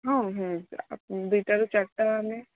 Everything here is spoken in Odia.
ହଁ ହୁଁ ଦୁଇଟାରୁ ଚାରିଟା ଆମେ